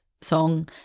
song